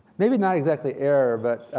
maybe not exactly error, but